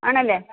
ആണല്ലേ